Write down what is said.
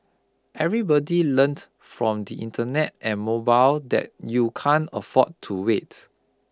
everybody learned from the Internet and mobile that you can't afford to wait